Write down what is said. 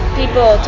people